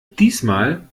diesmal